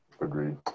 Agreed